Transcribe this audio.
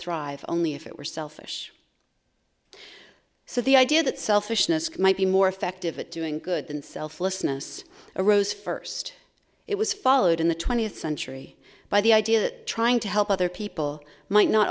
thrive only if it were selfish so the idea that selfishness might be more effective at doing good than selflessness arose first it was followed in the twentieth century by the idea that trying to help other people might not